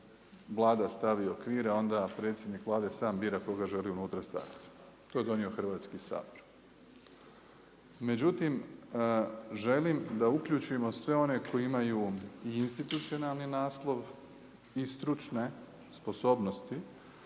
Vlada stavi okvir, a onda predsjednik Vlade sam bira koga želi unutra staviti. To je donio Hrvatski sabor. Međutim, želim da uključimo sve one koji imaju i institucionalni naslov i stručne sposobnosti